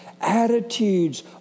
attitudes